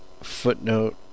footnote